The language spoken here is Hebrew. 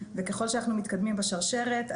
וככל שאנחנו מתקדמים בשרשרת,